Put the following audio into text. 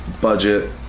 budget